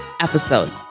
episode